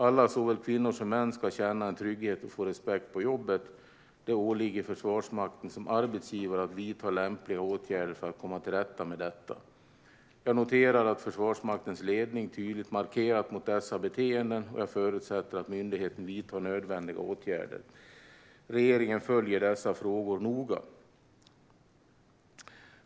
Alla, såväl kvinnor som män, ska känna en trygghet och få respekt på jobbet. Det åligger Försvarsmakten som arbetsgivare att vidta lämpliga åtgärder för att komma till rätta med detta. Jag noterar att Försvarsmaktens ledning tydligt markerat mot dessa beteenden, och jag förutsätter att myndigheten vidtar nödvändiga åtgärder. Regeringen följer dessa frågor noga.